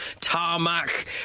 Tarmac